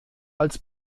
als